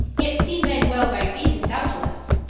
yet see men well by reason, doubteless,